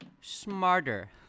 Smarter